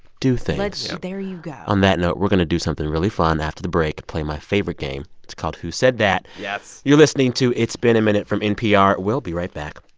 do things let's there you go on that note, we're going to do something really fun after the break play my favorite game. it's called who said that? yes you're listening to it's been a minute from npr. we'll be right back